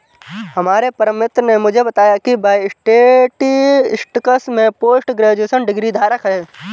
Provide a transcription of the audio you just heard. हमारे परम मित्र ने मुझे बताया की वह स्टेटिस्टिक्स में पोस्ट ग्रेजुएशन डिग्री धारक है